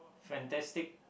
fantastic